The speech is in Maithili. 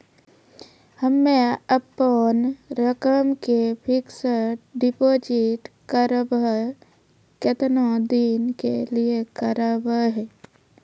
हम्मे अपन रकम के फिक्स्ड डिपोजिट करबऽ केतना दिन के लिए करबऽ?